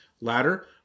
ladder